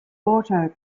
auto